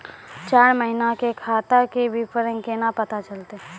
चार महिना के खाता के विवरण केना पता चलतै?